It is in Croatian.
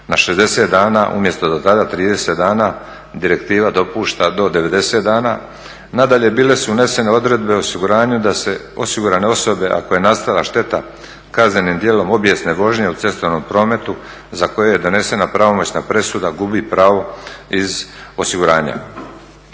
na 60 dana, umjesto do tada 30 dana. Direktiva dopušta do 90 dana. Nadalje, bile su unesene odredbe o osiguranju da se osigurane osobe ako je nastala šteta kaznenim djelom obijesne vožnje u cestovnom prometu za koju je donesena pravomoćna presuda gubi pravo iz osiguranja.